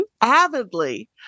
avidly